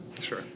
Sure